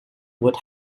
would